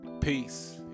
Peace